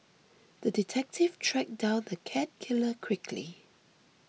the detective tracked down the cat killer quickly